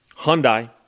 Hyundai